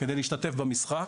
על מנת להשתתף במשחק.